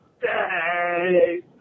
day